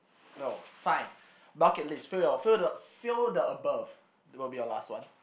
oh fine bucket list fill your fill the fill the above will be your last one